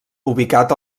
ubicat